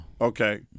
Okay